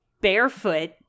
Barefoot